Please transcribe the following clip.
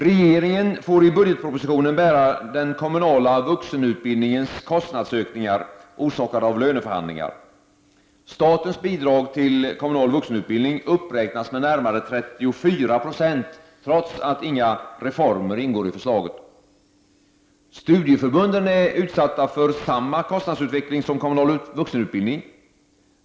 Regeringen får i budgetpropositionen bära den kommunala vuxenutbildningens kostnadsökningar orsakade av löneförhandlingarna. Statens bidrag till kommunal vuxenutbildning uppräknas med närmare 34 Yo — trots att inga reformer ingår i förslaget. Studieförbunden är utsatta för samma kostnadsutveckling som den kommunala vuxenutbildningen.